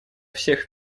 всех